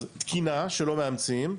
אז תקינה שלא מאמצים,